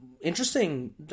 Interesting